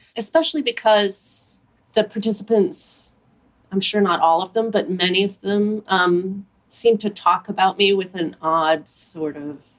especially because the participants i'm sure not all of them, but many of them um seemed to talk about me with an odd sort of